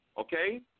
okay